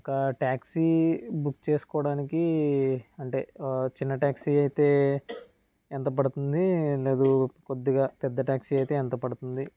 ఒక taxi book చేసుకోవడానికి అంటే చిన్న టాక్సీ అయితే ఎంత పడుతుంది లేదు కొద్దిగా పెద్ద టాక్సీ అయితే ఎంత పడుతుంది